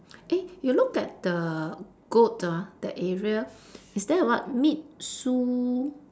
eh you look at the goat ah that area is there a what meet Sue